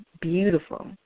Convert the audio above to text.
beautiful